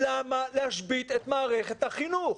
למה להשבית את מערכת החינוך?